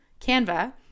Canva